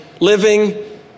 living